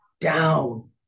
down